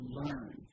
learn